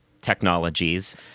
technologies